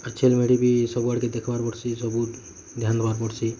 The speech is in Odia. ଆଉ ଛେଲ ମେଢ଼ୀ ବି ସବ ଆଡ଼େ କେ ଦେଖବାର୍ ପଡ଼୍ସି ସବୁ ଧ୍ୟାନ ଦେବାର୍ ପଡ଼୍ସି